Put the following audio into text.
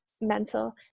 mental